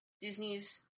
Disney's